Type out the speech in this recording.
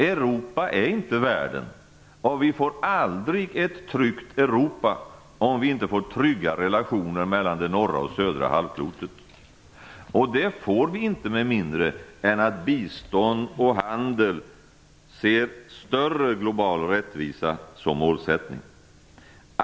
Europa är inte världen, och vi får aldrig ett tryggt Europa om vi inte får tryggare relationer mellan det norra och södra halvklotet, och det får vi inte med mindre än att man i fråga om bistånd och handel ser större global rättvisa som mål.